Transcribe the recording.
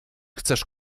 chcesz